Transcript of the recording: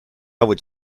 would